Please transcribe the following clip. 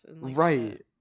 Right